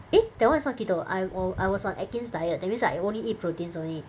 eh that one is not keto I'm on I was on atkins diet that means like I only eat proteins only